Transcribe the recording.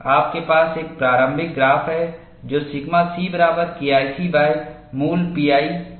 आपके पास एक प्रारंभिक ग्राफ है जो सिग्मा c बराबर KIC मूल pi a c है